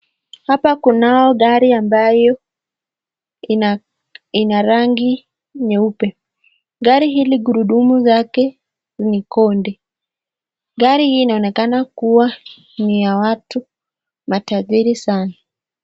Hapa kunao gari ambayo ina rangi nyeupe. Gari hili gurudumu lake ni konde. Gari hii inaonekana kuwa ni ya watu matajiri sana.